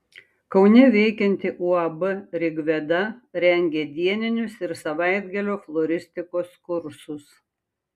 kaune veikianti uab rigveda rengia dieninius ir savaitgalio floristikos kursus